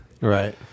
Right